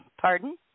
Pardon